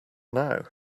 now